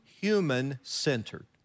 human-centered